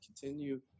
continue